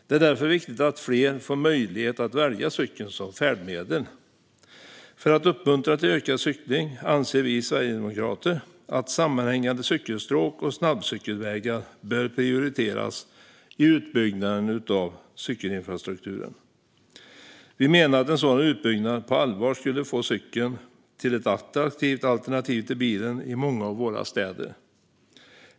Det är därför viktigt att fler får möjlighet att välja cykeln som färdmedel. För att uppmuntra till ökad cykling anser vi sverigedemokrater att sammanhängande cykelstråk och snabbcykelvägar bör prioriteras i utbyggnaden av cykelinfrastrukturen. Vi menar att en sådan utbyggnad på allvar skulle få cykeln att bli ett attraktivt alternativ till bilen i många av våra städer.